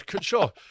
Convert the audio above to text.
sure